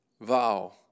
vow